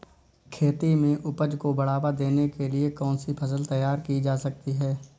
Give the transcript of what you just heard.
खेती में उपज को बढ़ावा देने के लिए कौन सी फसल तैयार की जा सकती है?